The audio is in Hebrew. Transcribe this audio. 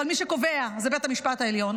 אבל מי שקובע זה בית המשפט העליון.